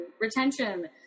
retention